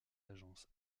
agences